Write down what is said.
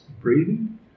breathing